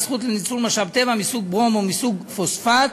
זכות לניצול משאב טבע מסוג ברום או מסוג פוספט,